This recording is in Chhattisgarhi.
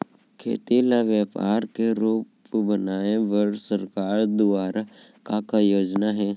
खेती ल व्यापार के रूप बनाये बर सरकार दुवारा का का योजना हे?